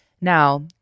Now